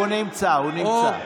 הוא נמצא, הוא נמצא.